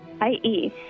I-E